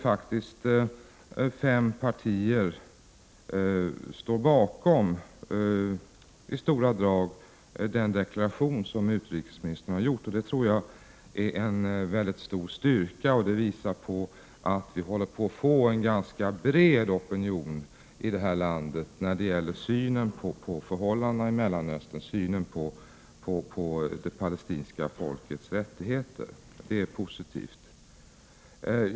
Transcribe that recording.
Fem partier står faktiskt istora drag bakom utrikesministerns deklaration, vilket jag tror är en mycket stor styrka. Det visar att vi håller på att få en ganska bred opinion här i landet när det gäller synen på förhållandena i Mellanöstern och på det palestinska folkets rättigheter. Det är positivt.